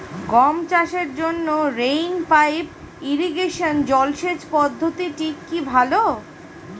গম চাষের জন্য রেইন পাইপ ইরিগেশন জলসেচ পদ্ধতিটি কি ভালো?